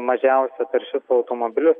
mažiausiai taršius automobilius